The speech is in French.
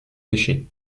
déchets